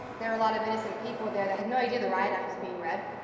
there were a lot of innocent people there that had no idea the riot act was being read.